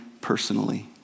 personally